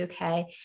UK